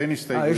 אין הסתייגויות.